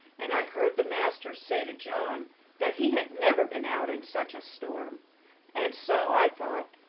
and i heard the master say to john that he had never been out in such a storm and so i thought,